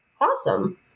awesome